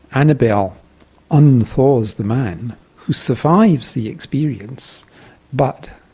annabel unthaws the man who survives the experience but,